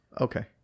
Okay